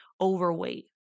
overweight